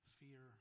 fear